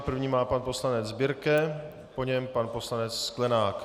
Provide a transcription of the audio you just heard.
První má pan poslanec Birke, po něm pan poslanec Sklenák.